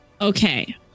Okay